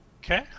Okay